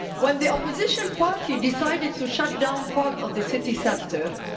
when the opposition party decided to shut down part of the city center,